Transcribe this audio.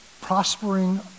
Prospering